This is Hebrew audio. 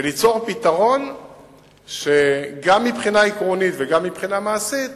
וליצור פתרון שגם מבחינה עקרונית וגם מבחינה מעשית